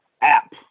app